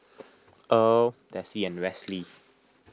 Earl Desi and Westley